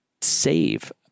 save